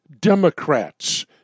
Democrats